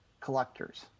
collectors